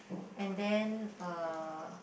and then uh